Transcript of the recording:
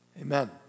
Amen